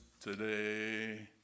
today